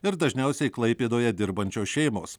ir dažniausiai klaipėdoje dirbančios šeimos